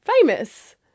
famous